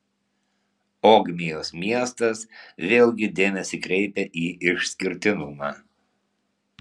ogmios miestas vėlgi dėmesį kreipia į išskirtinumą